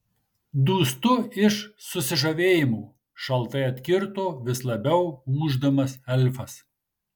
dūstu iš susižavėjimo šaltai atkirto vis labiau ūždamas elfas